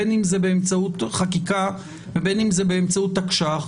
בין אם זה באמצעות חקיקה ובין אם זה באמצעות תקש"ח,